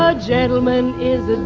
ah gentleman is